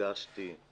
נפגשתי עם